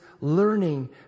learning